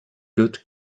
good